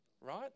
right